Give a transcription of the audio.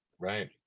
Right